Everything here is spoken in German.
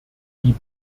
die